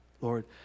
Lord